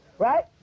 Right